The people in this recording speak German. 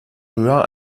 höher